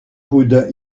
coude